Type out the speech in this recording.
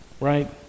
right